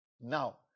now